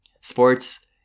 Sports